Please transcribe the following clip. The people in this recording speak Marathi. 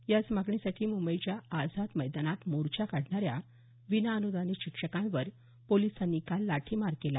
याच मागणीसाठी मुंबईच्या आझाद मैदानात मोर्चा काढणाऱ्या विनाअन्दानित शिक्षकांवर पोलिसांनी काल लाठीमार केला